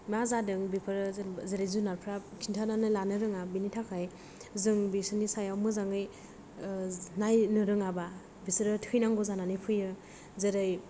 मा जादों बेफोरो जेन'बा जेरै जुनारफ्रा खिन्थानानै लानो रोङा बेनि थाखाय जों बिसिनि सायाव मोजाङै नायनो रोङाबा बिसोरो थैनांगौ जानानै फैयो जेरै